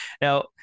Now